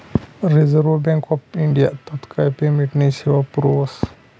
reserve bank of India तात्काय पेमेंटनी सेवा पुरावस